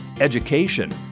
education